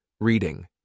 reading